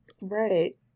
Right